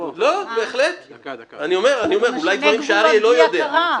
דקה, דקה --- הוא משנה גבולות בלי הכרה.